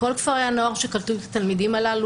כל כפרי הנוער שקלטו את התלמידים הללו